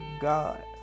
God